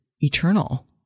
eternal